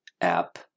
app